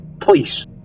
please